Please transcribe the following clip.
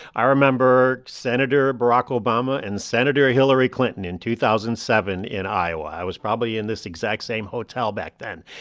i remember senator barack obama and senator hillary clinton in two thousand and seven in iowa. i was probably in this exact same hotel back then.